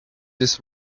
this